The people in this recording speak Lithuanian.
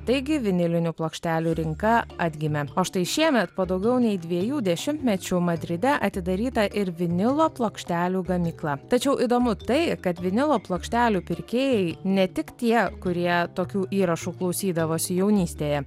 taigi vinilinių plokštelių rinka atgimė o štai šiemet po daugiau nei dviejų dešimtmečių madride atidaryta ir vinilo plokštelių gamykla tačiau įdomu tai kad vinilo plokštelių pirkėjai ne tik tie kurie tokių įrašų klausydavosi jaunystėje